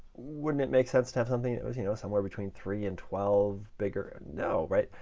wouldn't it make sense to have something that was you know somewhere between three and twelve bigger? no, right?